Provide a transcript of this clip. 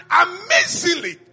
amazingly